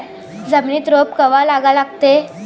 जमिनीत रोप कवा लागा लागते?